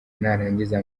narangiza